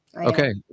Okay